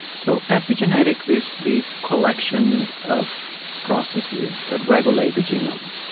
so, epigenetics is the collection of processes that regulate the genome.